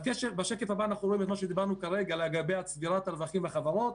הדיון היום יעסוק בדוח 71א בפרק מיסוי רווחים לא מחולקים.